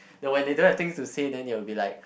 no when they don't have things to say then they will be like